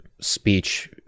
speech